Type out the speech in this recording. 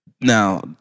Now